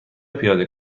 پیاده